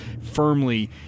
firmly